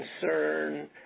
concern